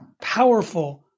powerful